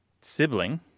sibling